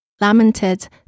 lamented